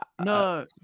no